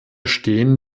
stehen